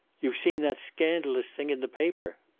you've seen that scandalous thing in the paper!